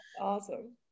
awesome